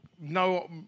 no